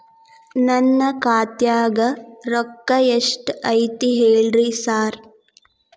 ನನ್ ಖಾತ್ಯಾಗ ರೊಕ್ಕಾ ಎಷ್ಟ್ ಐತಿ ಹೇಳ್ರಿ ಸಾರ್?